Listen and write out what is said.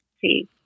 see